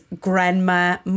Grandma